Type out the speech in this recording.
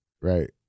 right